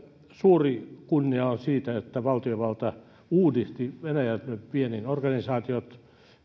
suuri kunnia sille että valtiovalta uudisti venäjän viennin organisaatiot